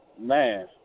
man